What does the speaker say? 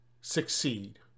succeed